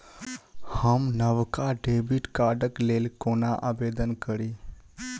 हम नवका डेबिट कार्डक लेल कोना आवेदन करी?